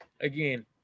Again